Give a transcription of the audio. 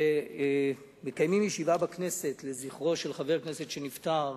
כשמקיימים ישיבה בכנסת לזכרו של חבר כנסת שנפטר,